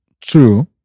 true